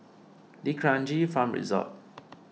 D'Kranji Farm Resort